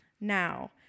Now